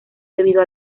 debido